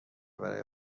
برای